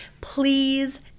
please